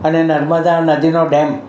અને નર્મદા નદીનો ડેમ